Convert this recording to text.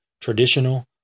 traditional